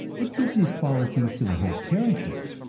it gives these qualities to the whole character.